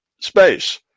space